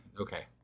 okay